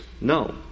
No